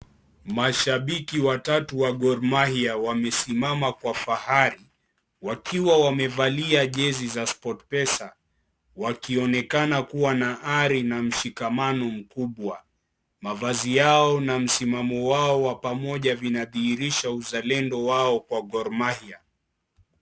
Mashabiki watatu wa Gor Mahia, wamesimama kwa fahari. Wakiwa wamevalia jezi za Sport-Pesa. Wakionekana kuwa na hari na mshikamano mkubwa. Mavazi yao na msimamo wao wa pamoja, vinadhihirisha uzalendo wao kwa Gor Mahia.